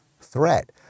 threat